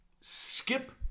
Skip